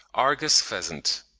argus pheasant.